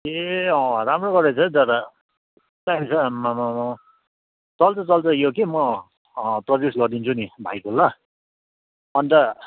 ए अँ राम्रो गरेको छ है तर कम्ती दामी छ आम्मामामा चल्छ चल्छ यो के म पब्लिस गरिदिन्छु नि भाइको ल अन्त